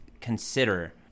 consider